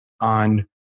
on